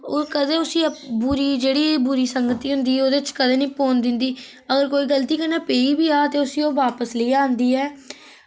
ओह् कदें उसी बुरी जेह्ड़ी बुरी संगती होंदी उ'दे च कदें नि पौन दिन्दी अगर कोई गलती कन्नै पेई बी जा ते उसी ओह् वापस लेइयै आंदी ऐ